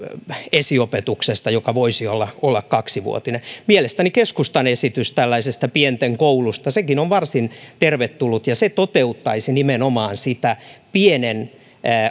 esiopetukseen joka voisi olla olla kaksivuotinen mielestäni keskustan esitys tälläisesta pienten koulusta on sekin varsin tervetullut ja se toteuttaisi nimenomaan sitä pienen